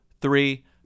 three